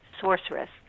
sorceress